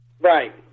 Right